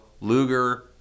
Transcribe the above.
Luger